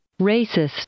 Racist